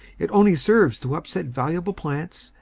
it only serves to upset valuable plants,